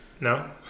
no